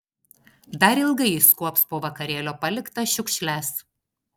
dar ilgai jis kuops po vakarėlio paliktas šiukšles